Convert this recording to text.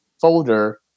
folder